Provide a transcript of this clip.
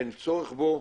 אין צורך בו,